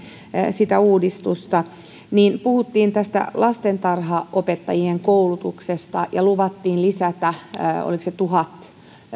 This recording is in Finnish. sitä uudistusta niin puhuttiin lastentarhanopettajien koulutuksesta ja luvattiin lisätä oliko se tuhat